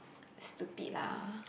stupid lah